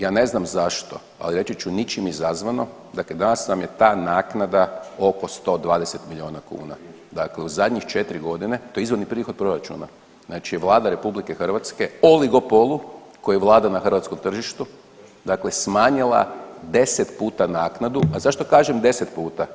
Ja ne znam zašto, ali reći ću ničim izazvano, dakle danas nam je ta naknada oko 120 milijuna kuna, dakle u zadnjih 4 godine, to je izvanredni prihod proračuna, znači je Vlada RH oligopolu koji vlada na hrvatskom tržištu dakle smanjila 10 puta naknadu, a zašto kažem 10 puta?